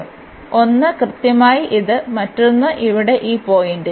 അതിനാൽ ഒന്ന് കൃത്യമായി ഇത് മറ്റൊന്ന് ഇവിടെ ഈ പോയിന്റിൽ